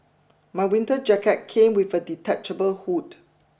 my winter jacket came with a detachable hood